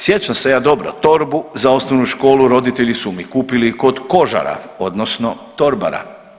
Sjećam se ja dobro, torbu za osnovnu školu roditelji su mi kupili kod kožara odnosno torbara.